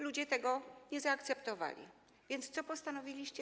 Ludzie tego nie zaakceptowali, więc co postanowiliście?